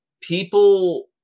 people